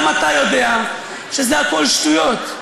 גם אתה יודע שזה הכול שטויות.